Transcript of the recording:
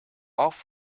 off